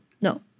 no